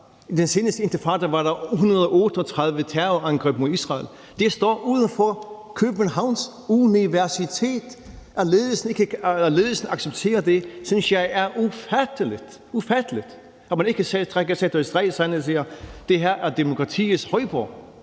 I den seneste intifada var der 138 terrorangreb mod Israel. De ting har stået uden for Københavns Universitet, og at ledelsen accepterer det, synes jeg er ufatteligt – ufatteligt – altså at man ikke trækker en streg i sandet og siger: Det her er demokratiets højborg;